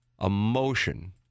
emotion